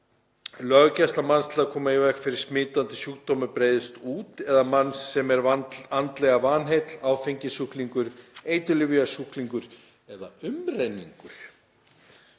gæsla manns til að koma í veg fyrir að smitandi sjúkdómur breiðist út eða manns sem er andlega vanheill, áfengissjúklingur, eiturlyfjasjúklingur eða umrenningur;